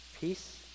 peace